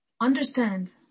understand